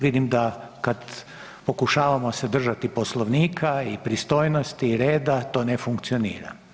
Vidim da kad pokušavamo se držati Poslovnika i pristojnosti i reda to ne funkcionira.